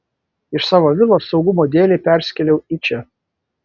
iš savo vilos saugumo dėlei persikėliau į čia